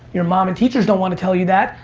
your mom and teachers don't want to tell you that.